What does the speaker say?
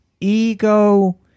ego